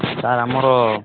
sir ଆମର